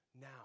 Now